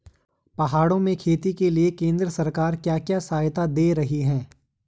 पहाड़ों में खेती के लिए केंद्र सरकार क्या क्या सहायता दें रही है?